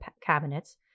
cabinets